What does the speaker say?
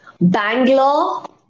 Bangalore